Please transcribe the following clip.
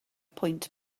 pwynt